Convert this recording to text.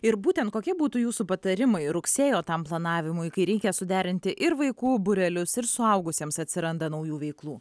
ir būtent kokie būtų jūsų patarimai rugsėjo tam planavimui kai reikia suderinti ir vaikų būrelius ir suaugusiems atsiranda naujų veiklų